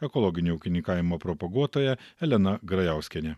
ekologinio ūkininkavimo propaguotoja elena grajauskiene